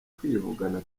kwivugana